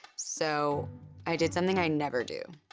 so i did something i never do.